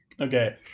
okay